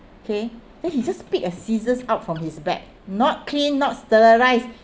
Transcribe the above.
okay then he just pick a scissors out from his bag not clean not sterilised uh